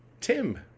Tim